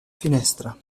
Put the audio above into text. finestra